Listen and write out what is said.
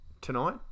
tonight